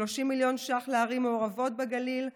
30 מיליון ש"ח לערים מעורבות בגליל,